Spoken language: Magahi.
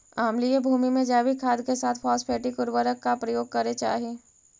अम्लीय भूमि में जैविक खाद के साथ फॉस्फेटिक उर्वरक का प्रयोग करे चाही